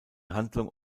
handlung